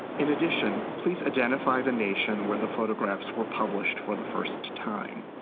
in addition, please identify the nation where the photographs were published for the first time.